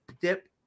dip